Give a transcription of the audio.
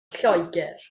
lloegr